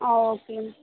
ah okay ma'am